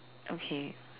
okay